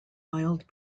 wild